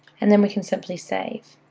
and then we can simply save.